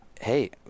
hey